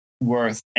worth